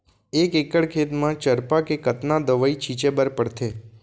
एक एकड़ खेत म चरपा के कतना दवई छिंचे बर पड़थे?